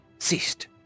ceased